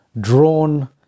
drawn